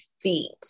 feet